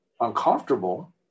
uncomfortable